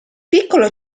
piccolo